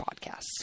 podcasts